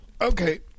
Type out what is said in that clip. Okay